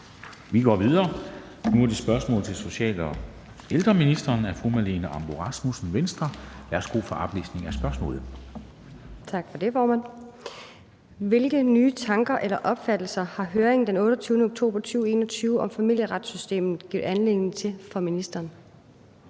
Vi går videre, og nu er det spørgsmål til social- og ældreministeren af fru Marlene Ambo-Rasmussen, Venstre. Kl. 15:24 Spm. nr. S 178 4) Til social- og ældreministeren af: Marlene Ambo-Rasmussen (V): Hvilke nye tanker eller opfattelser har høringen den 28. oktober 2021 om familieretssystemet givet anledning til for ministeren?